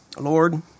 Lord